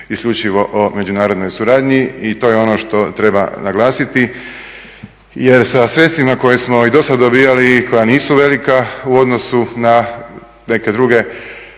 isključivo o međunarodnoj suradnji i to je ono što treba naglasiti. Jer sa sredstvima koje smo i do sad dobijali i koja nisu velika u odnosu na neke druge